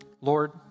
Lord